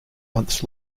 months